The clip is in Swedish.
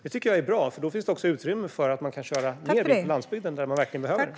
Det är bra eftersom det då finns utrymme för att köra mer bil på landsbygden, där man verkligen behöver den.